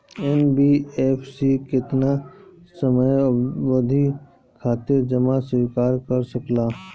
NBFC केतना समयावधि खातिर जमा स्वीकार कर सकला?